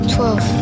Twelve